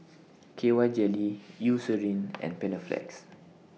K Y Jelly Eucerin and Panaflex